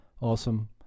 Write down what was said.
Awesome